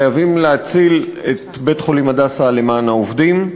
חייבים להציל את בית-חולים "הדסה" למען העובדים,